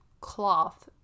cloth